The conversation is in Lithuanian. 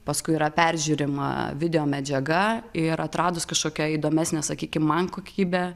paskui yra peržiūrima videomedžiaga ir atradus kažkokią įdomesnę sakykim man kokybę